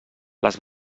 les